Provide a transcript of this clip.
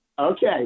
Okay